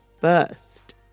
first